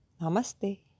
Namaste